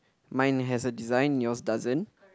mine has a design yours doesn't